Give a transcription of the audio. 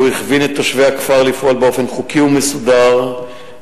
הוא הכווין את תושבי הכפר לפעול באופן חוקי ומוסדר ולפנות